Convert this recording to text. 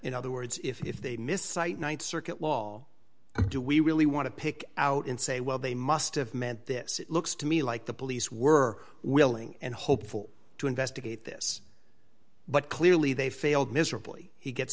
in other words if they mis cite one circuit law do we really want to pick out and say well they must have meant this it looks to me like the police were willing and hopeful to investigate this but clearly they failed miserably he gets